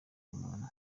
umuntu